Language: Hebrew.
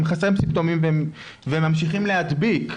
הם חסרי סימפטומים והם ממשיכים להדביק.